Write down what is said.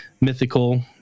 mythical